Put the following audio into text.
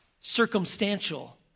circumstantial